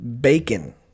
Bacon